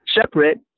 separate